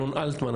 אלון אלטמן,